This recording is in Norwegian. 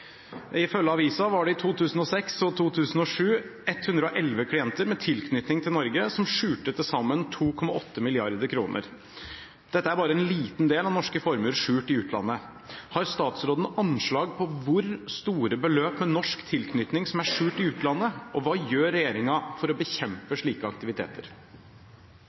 Ifølge avisa var det i 2006 og 2007 111 klienter med tilknytning til Norge som skjulte til sammen 2,8 mrd. kroner. Dette er bare en liten del av norske formuer skjult i utlandet. Har statsråden anslag på hvor store beløp med norsk tilknytning som er skjult i utlandet, og hva gjør regjeringen for å bekjempe slike